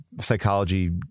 psychology